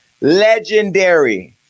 legendary